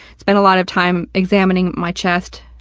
spent a lot of time examining my chest,